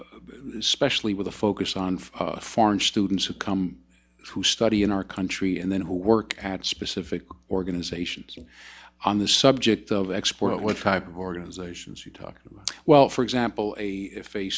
especially with a focus on foreign students who come to study in our country and then who work at specific organizations on the subject of export what type of organizations you talk about well for example a if a